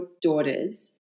daughters